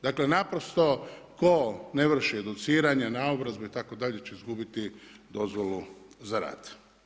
Dakle, naprosto tko ne vrši educiranje, naobrazbu itd. će izgubiti dozvolu za rad.